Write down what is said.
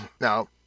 Now